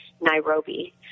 Nairobi